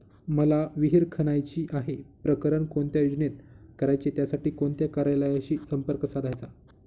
मला विहिर खणायची आहे, प्रकरण कोणत्या योजनेत करायचे त्यासाठी कोणत्या कार्यालयाशी संपर्क साधायचा?